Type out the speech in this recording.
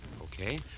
Okay